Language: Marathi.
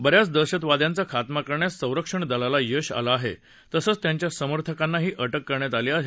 ब याच दहशतवाद्यांचा खात्मा करण्यास संरक्षण दलांना यश आलं आहे तसंच त्यांच्या समर्थकांनाही अटक करण्यात आली आहे